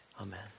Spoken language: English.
Amen